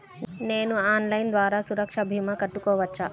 నేను ఆన్లైన్ ద్వారా సురక్ష భీమా కట్టుకోవచ్చా?